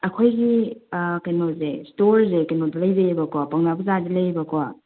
ꯑꯩꯈꯣꯏꯒꯤ ꯑꯥ ꯀꯩꯅꯣꯁꯦ ꯏꯁꯇꯣꯔꯁꯦ ꯀꯩꯅꯣꯗ ꯂꯩꯖꯦꯌꯦꯕꯀꯣ ꯄꯥꯎꯅꯥ ꯕꯖꯥꯔꯗ ꯂꯩꯌꯦꯕꯀꯣ